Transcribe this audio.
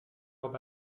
leurs